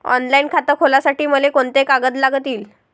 Online खातं खोलासाठी मले कोंते कागद लागतील?